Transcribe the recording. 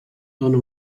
dóna